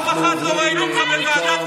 תודה רבה.